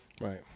Right